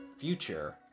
future